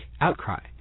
outcry